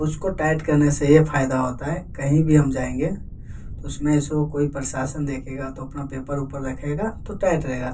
उसको टाइट करने से यह फायदा होता है कहीं भी जाएंगे तो उसमें ऐसो कोई प्रशासन देखेगा तो अपना पेपर वेपर रखेगा तो टाइट रहेगा